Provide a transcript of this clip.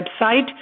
website